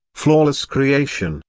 flawless creation,